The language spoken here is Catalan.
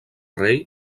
rei